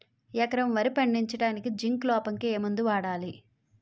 ఎకరం వరి పండించటానికి జింక్ లోపంకి ఏ మందు వాడాలి?